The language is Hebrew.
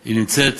היא נמצאת